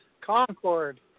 Concord